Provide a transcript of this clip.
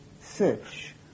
search